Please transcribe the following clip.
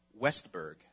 Westberg